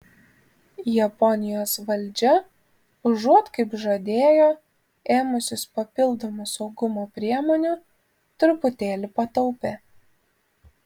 japonijos valdžia užuot kaip žadėjo ėmusis papildomų saugumo priemonių truputėlį pataupė